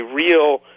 real